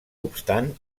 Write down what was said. obstant